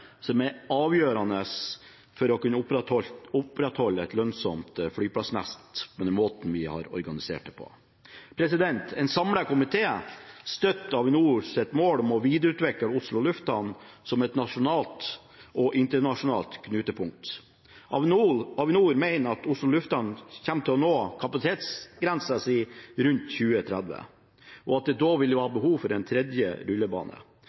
Trondheim, er avgjørende for å kunne opprettholde et lønnsomt flyplassnett og den måten vi har organisert det på. En samlet komité støtter Avinors mål om å videreutvikle Oslo lufthavn som et nasjonalt og internasjonalt knutepunkt. Avinor mener at Oslo lufthavn kommer til å nå kapasitetsgrensa rundt 2030, og at det da vil være behov for en tredje rullebane.